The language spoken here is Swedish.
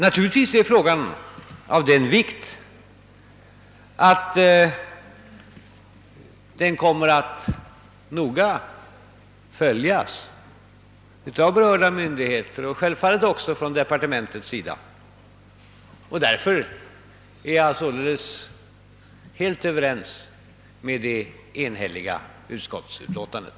Naturligtvis är frågan av den vikt att den kommer att noga följas av berörda myndigheter och självfallet också från departementets sida. Därför är jag således helt överens med det enhälliga utskottsutlåtandet.